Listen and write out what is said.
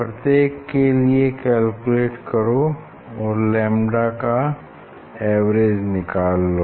प्रत्येक के लिए कैलकुलेट करो और लैम्डा का एवरेज निकाल लो